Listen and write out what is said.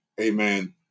Amen